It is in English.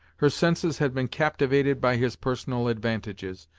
her senses had been captivated by his personal advantages,